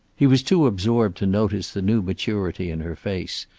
he was too absorbed to notice the new maturity in her face,